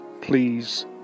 please